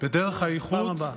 בדרך האיחוד,